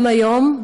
גם היום,